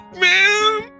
man